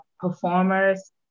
performers